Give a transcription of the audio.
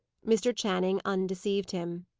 mr. channing undeceived him.